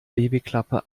babyklappe